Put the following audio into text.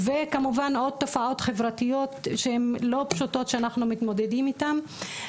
וכמובן עוד תופעות חברתיות שהן לא פשוטות שאנחנו מתמודדים איתן.